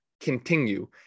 continue